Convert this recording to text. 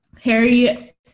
Harry